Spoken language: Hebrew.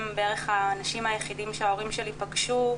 בערך האנשים היחידים שההורים שלי פגשו,